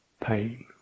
pain